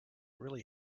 really